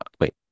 wait